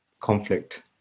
conflict